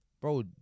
bro